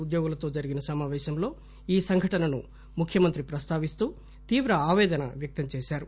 ఉద్యోగులతో జరిగిన సమావేశంలో ఈ సంఘటనను ముఖ్యమంత్రి ప్రస్తావిస్తూ తీవ్ర ఆదేదన వ్యక్తం చేశారు